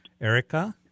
erica